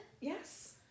yes